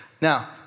Now